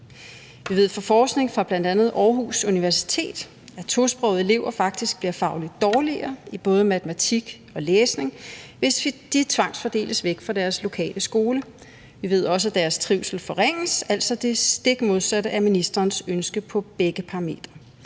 Vi ved fra forskning fra bl.a. Aarhus Universitet, at tosprogede elever faktisk bliver fagligt dårligere i både matematik og læsning, hvis de tvangsfordeles væk fra deres lokale skole. Vi ved også, at deres trivsel forringes. Det er altså det stik modsatte af ministerens ønske på begge parametre.